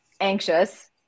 anxious